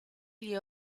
gli